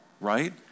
Right